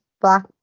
black